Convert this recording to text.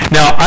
Now